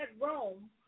Rome